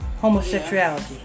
Homosexuality